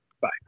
Bye